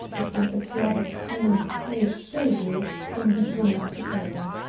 it was a clever scheme, i assure you, from beginning to end.